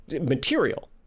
material